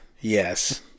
yes